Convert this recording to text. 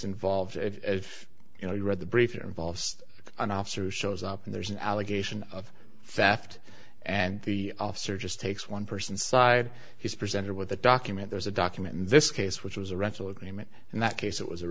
involved if you know you read the brief it involves an officer who shows up and there's an allegation of faffed and the officer just takes one person side he's presented with a document there's a document in this case which was a rental agreement in that case it was a